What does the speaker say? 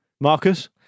Marcus